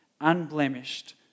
unblemished